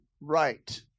right